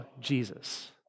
Jesus